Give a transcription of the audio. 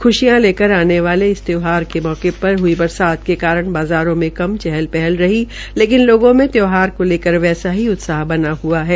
खुशिया लेकर आने वाले इस त्यौहार के मौके पर बरसात के कारण बाज़ारों में कम चहल पहल रही ेलेकिन लोगों में त्यौहार को लेकर वैसा ही उत्साह बना हआ है